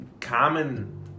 common